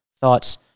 thoughts